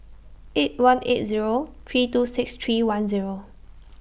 eight one eight Zero three two six three one Zero